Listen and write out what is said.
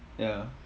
ya